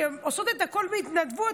שעושות את הכול בהתנדבות,